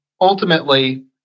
ultimately